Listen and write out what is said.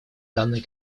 данной